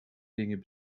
dingen